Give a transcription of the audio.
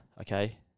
okay